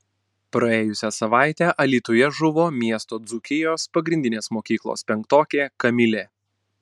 praėjusią savaitę alytuje žuvo miesto dzūkijos pagrindinės mokyklos penktokė kamilė